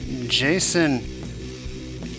Jason